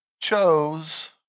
chose